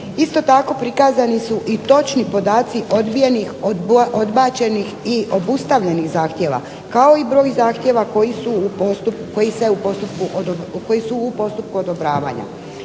Isto tako prikazani su i točni podaci odbijenih, odbačenih i obustavljenih zahtjeva, kao i broj zahtjeva koji su u postupku odobravanja.